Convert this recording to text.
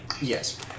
Yes